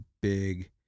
big